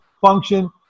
function